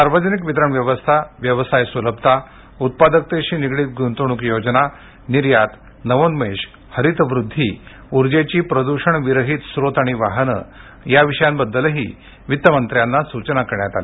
सार्वजनिक वितरण व्यवस्था व्यवसाय सुलभता उत्पादकतेशी निगडीत गुंतवणूक योजना निर्यात नवोन्मेष हरित वृद्धि ऊर्जेची प्रदूषण विरहित स्रोत आणि वाहनं या विषयांबद्दलही वित्तमंत्र्यांना सूचना करण्यात आल्या